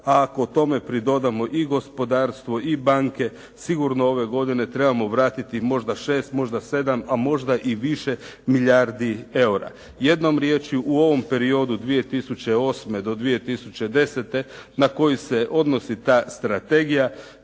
a ako tome pridodamo i gospodarstvo i banke, sigurno ove godine trebamo vratiti možda 6, možda 7, a možda i više milijardi eura. Jednom riječju, u ovom periodu 2008. do 2010. na koju se odnosi ta strategija